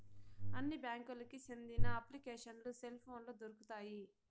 అన్ని బ్యాంకులకి సెందిన అప్లికేషన్లు సెల్ పోనులో దొరుకుతాయి